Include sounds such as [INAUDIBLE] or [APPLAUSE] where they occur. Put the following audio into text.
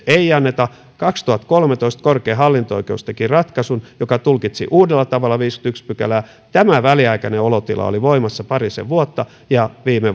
ei anneta kaksituhattakolmetoista korkein hallinto oikeus teki ratkaisun joka tulkitsi uudella tavalla viidettäkymmenettäensimmäistä pykälää tämä väliaikainen olotila oli voimassa parisen vuotta ja viime [UNINTELLIGIBLE]